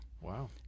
Wow